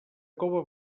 cova